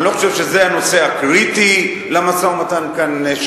אני לא חושב שזה הנושא הקריטי למשא-ומתן כאן.